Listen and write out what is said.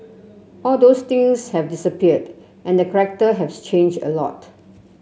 all those things have disappeared and the corrector have changed a lot